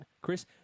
Chris